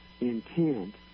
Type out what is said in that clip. intent